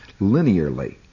linearly